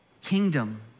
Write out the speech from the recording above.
kingdom